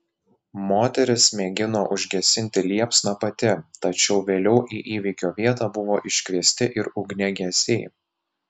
moteris mėgino užgesinti liepsną pati tačiau vėliau į įvykio vietą buvo iškviesti ir ugniagesiai